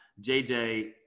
JJ